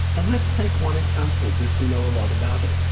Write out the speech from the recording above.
and let's take one example, because we know a lot about it,